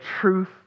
truth